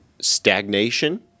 stagnation